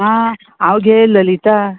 आं हांव घे ललिता